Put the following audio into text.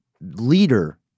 leader